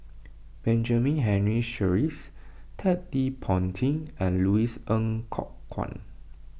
Benjamin Henry Sheares Ted De Ponti and Louis Ng Kok Kwang